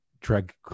drag